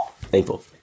Thankful